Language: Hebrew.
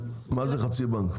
מה זה חצי בנק?